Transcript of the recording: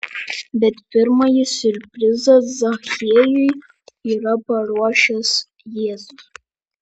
bet pirmąjį siurprizą zachiejui yra paruošęs jėzus